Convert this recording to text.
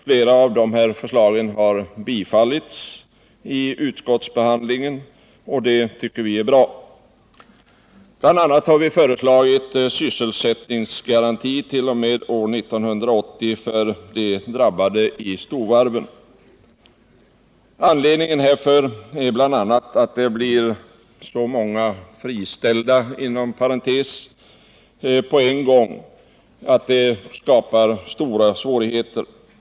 Flera av dessa förslag har tillstyrkts vid utskottsbehandlingen, och det tycker vi är bra. Vi har bl.a. föreslagit sysselsättningsgarantit.o.m. år 1980 för de drabbade istorvarven. Anledningen härtill är bl.a. att det blir så många ”friställda” på en gång att det skapar stora svårigheter.